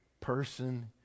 person